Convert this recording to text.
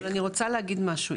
לא, אבל אני רוצה להגיד משהו.